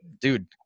dude